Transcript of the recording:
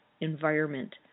environment